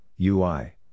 UI